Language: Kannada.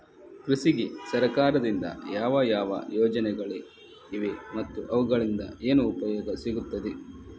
ಕೃಷಿಗೆ ಸರಕಾರದಿಂದ ಯಾವ ಯಾವ ಯೋಜನೆಗಳು ಇವೆ ಮತ್ತು ಅವುಗಳಿಂದ ಏನು ಉಪಯೋಗ ಸಿಗುತ್ತದೆ?